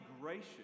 gracious